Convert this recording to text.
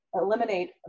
eliminate